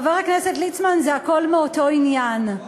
חבר הכנסת ליצמן, זה הכול מאותו עניין.